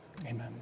Amen